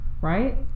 right